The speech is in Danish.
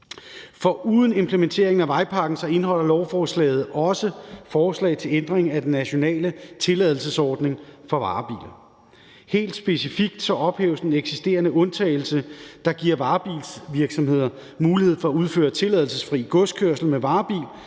Foruden implementeringen af vejpakken indeholder lovforslaget også forslag til ændring af den nationale tilladelsesordning for varebiler. Helt specifikt ophæves den eksisterende undtagelse, der giver varebilsvirksomheder mulighed for at udføre tilladelsesfri godskørsel med varebil,